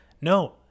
No